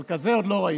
אבל כזה עוד לא ראיתי.